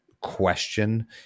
question